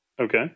Okay